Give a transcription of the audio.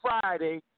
Friday